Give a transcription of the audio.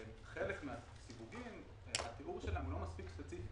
וחל מהסיווגים, הסיווג שלהם לא מספיק ספציפי.